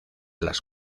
las